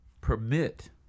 permit